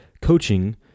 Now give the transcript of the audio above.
coaching